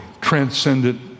transcendent